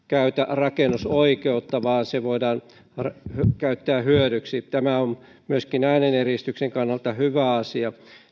rakennusoikeutta vaan se voidaan käyttää hyödyksi tämä on myöskin ääneneristyksen kannalta hyvä asia